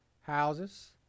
houses